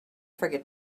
forget